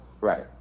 Right